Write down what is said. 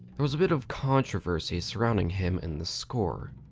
there was a bit of controversy surrounding him and the score.